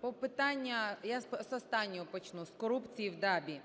По питаннях я з останнього почну, з корупції в ДАБІ.